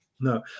no